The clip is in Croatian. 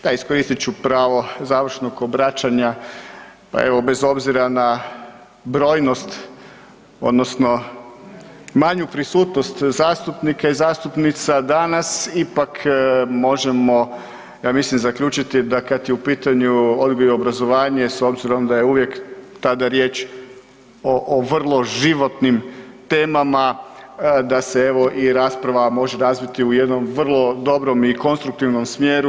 Da, iskoristit ću pravo završnog obraćanja, pa evo, bez obzira na brojnost, odnosno manju prisutnost zastupnika i zastupnica danas, ipak možemo, ja mislim, zaključiti da kad je u pitanju odgoj i obrazovanje, s obzirom da je uvijek tada riječ o vrlo životnim temama, da se evo, i rasprava može razviti u jednom vrlo dobrom i konstruktivnom smjeru.